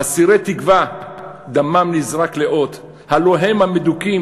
אסירי תקווה דמם נזרק לאות / הלוא הם המדכים